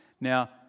Now